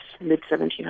mid-1700s